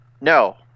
no